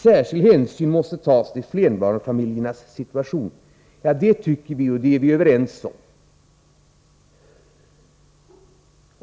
Särskild hänsyn måste tas till flerbarnsfamiljernas situation. Det tycker vi, och det är vi överens om.